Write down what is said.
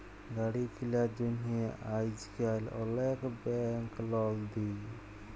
গাড়ি কিলার জ্যনহে আইজকাল অলেক ব্যাংক লল দেই